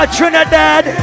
Trinidad